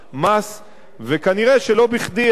וכנראה לא בכדי אזרחי מדינת ישראל,